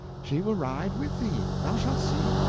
she will ride with thee. thou shalt see.